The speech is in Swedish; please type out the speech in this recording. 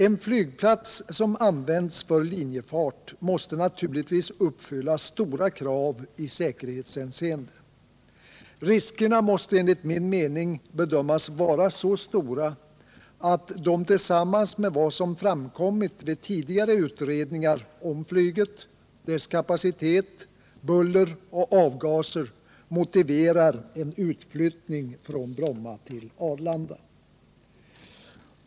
En flygplats som används för linjefart måste naturligtvis uppfylla stora krav i säkerhetshänseende. Riskerna måste enligt min mening bedömas vara så stora att de tillsammans med vad som framkommit vid tidigare utredningar om flyget, dess kapacitet, buller och avgaser motiverar en utflyttning från Bromma till Arlanda.